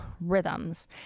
rhythms